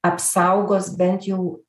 apsaugos bent jau